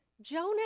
Jonah